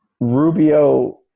Rubio